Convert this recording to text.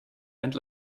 and